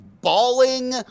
bawling